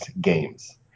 Games